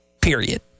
Period